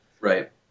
Right